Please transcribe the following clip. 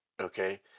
Okay